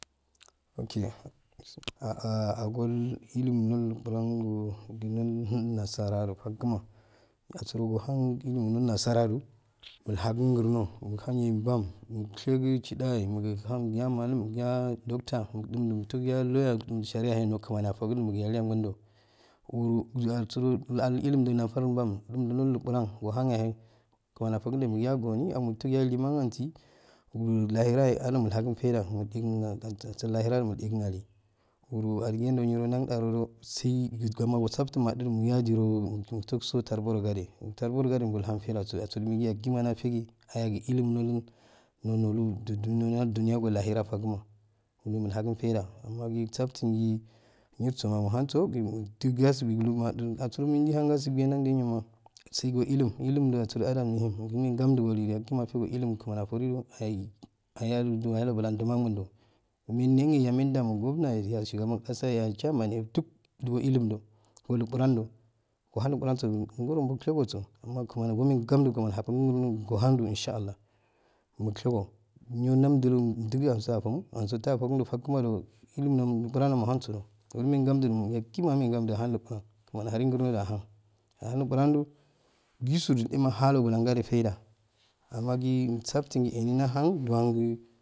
Ok agol ilu nol blon dunul hun nasara'e fagama asuro nohan illum non nasarado ui hagun ngurno im bam kadihe muluk hun ya, malum ya docta no ya sheriya yahe no kumen yafokun mukyali yan gubilo kunu asro ihun do nafar bam dam dumu luquran yahe komani afokundo mukya goni liman ansi lahira e algun mulk hakun feida kuru adigendo nyiro unaldardodo sai yajiro ndokso tarboro gade, tarborogadedo gol han faidaso yagima nafegi naya gu illumul duniya go lahira fagu mulharun feida amma usaftingi nyirsoma muk hausa gu dgasibi gulu madusul do asuro yau hun gasbi yaro saigo illu-illum da asuro yagima nda hin yakima a fego illum no lomani aforuda ai ayado mulon dumo angundo. mendewe yeya gomnaye yeya shugabum kasa yeya chaiman ne duk ndo illum do go luqurando, ohan luquranso gan goro muk shegoso oman gu kunanigo meheu gamdu ohan do lusha allah muk shego nyiro namdudo illum nol lagurcan no hanso do kuru mehengarudu yagima amehen ngamdu ahun luguran kumani aharun gurno dahum luqurando jisu makhando bulangade feida ammagi usaftingi eni mahan'un do.